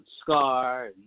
Scar